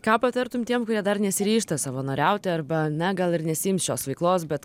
ką patartum tiem kurie dar nesiryžta savanoriauti arba ne gal ir nesiims šios veiklos bet